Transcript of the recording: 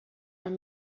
want